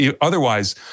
otherwise